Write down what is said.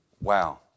Wow